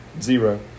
zero